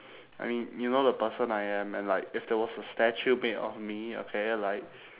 I mean you know the person I am and like if there was a statue made of me okay like